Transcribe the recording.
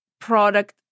product